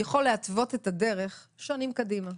יכול להתוות את הדרך שנים קדימה.